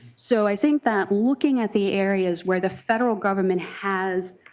so i think that looking at the areas where the federal government has